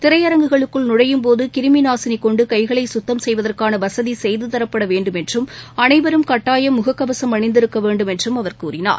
திரையரங்குகளுக்குள் நுழையும் போது கிருமி நாசினி கொண்டு கைகளை சுத்தம் செய்வதற்கான வசதி செய்து தரப்பட வேண்டும் என்றும் அனைவரும் கட்டாயம் முகக்கவசம் அணிந்து இருக்க வேண்டும் என்றும் அவர் கூறினார்